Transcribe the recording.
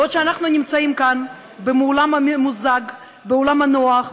בעוד אנחנו נמצאים כאן באולם הממוזג, באולם הנוח,